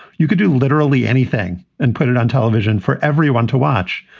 you could do literally anything and put it on television for everyone to watch.